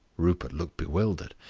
rupert looked bewildered.